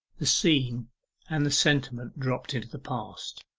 the scene and the sentiment dropped into the past.